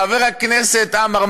חבר הכנסת עמאר,